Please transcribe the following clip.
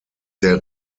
der